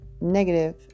negative